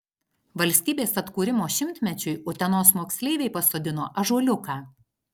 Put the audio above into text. valstybės atkūrimo šimtmečiui utenos moksleiviai pasodino ąžuoliuką